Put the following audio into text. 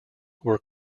were